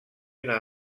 una